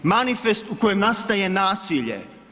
Manifest u kojem nastaje nasilje.